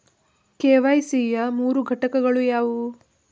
KYC ಯ ಮೂರು ಘಟಕಗಳು ಯಾವುವು?